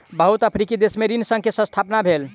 बहुत अफ्रीकी देश में ऋण संघ के स्थापना भेल अछि